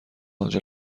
آنجا